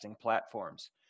platforms